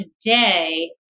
today